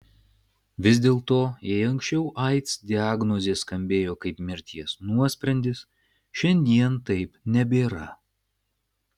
vis dėlto jei anksčiau aids diagnozė skambėjo kaip mirties nuosprendis šiandien taip nebėra